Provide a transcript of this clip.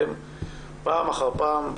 פעם אחר פעם,